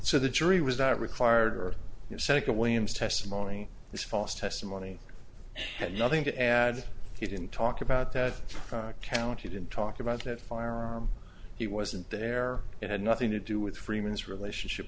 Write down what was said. so the jury was not required or second williams testimony is false testimony had nothing to add he didn't talk about that account he didn't talk about that firearm he wasn't there it had nothing to do with freeman's relationship